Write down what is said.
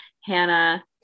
Hannah